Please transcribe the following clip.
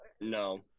No